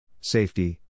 safety